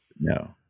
No